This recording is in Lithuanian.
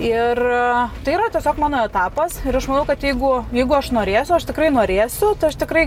ir tai yra tiesiog mano etapas ir aš manau kad jeigu jeigu aš norėsiu aš tikrai norėsiu aš tikrai